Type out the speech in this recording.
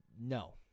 No